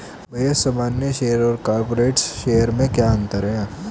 भैया सामान्य शेयर और कॉरपोरेट्स शेयर में क्या अंतर है?